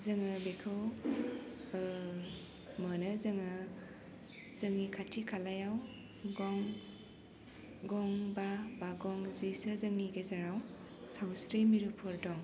जोङो बेखौ मोनो जोङो जोंनि खाथि खालायाव गं गंबा बा गंजिसो जोंनि गेजेराव सावस्रि मिरुफोर दं